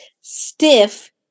stiff